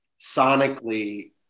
sonically